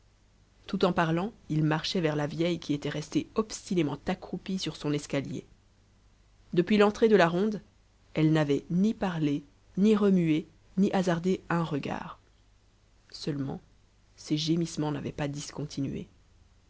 tout en parlant il marchait vers la vieille qui était restée obstinément accroupie sur son escalier depuis l'entrée de la ronde elle n'avait ni parlé ni remué ni hasardé un regard seulement ses gémissements n'avaient pas discontinué